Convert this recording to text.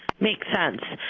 makes sense.